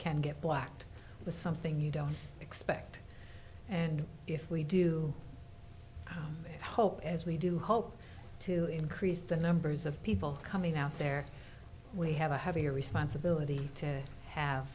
can get blacked the something you don't expect and if we do that hope as we do hope to increase the numbers of people coming out there we have a heavier responsibility to